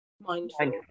mindful